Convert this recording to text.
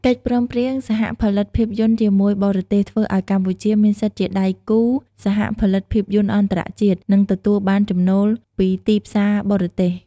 កិច្ចព្រមព្រៀងសហផលិតភាពយន្តជាមួយបរទេស ធ្វើឱ្យកម្ពុជាមានសិទ្ធិជាដៃគូសហផលិតភាពយន្តអន្តរជាតិ និងទទួលបានចំណូលពីទីផ្សារបរទេស។